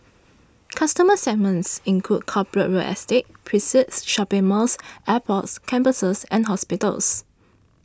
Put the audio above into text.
customer segments include corporate real estate precincts shopping malls airports campuses and hospitals